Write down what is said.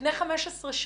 לפני 15 שנים,